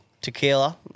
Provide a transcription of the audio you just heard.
Tequila